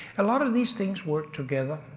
a lot of these things work together.